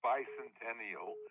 Bicentennial